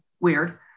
weird